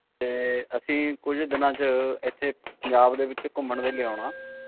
ਅਤੇ ਅਸੀਂ ਕੁੱਝ ਦਿਨਾਂ 'ਚ ਇੱਥੇ ਪੰਜਾਬ ਦੇ ਵਿੱਚ ਘੁੰਮਣ ਦੇ ਲਈ ਆਉਣਾ